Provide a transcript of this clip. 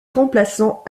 remplaçant